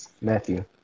Matthew